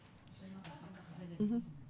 אבל אנחנו לא יכולים להטיב עם כל הילדים ששייכים למכבי.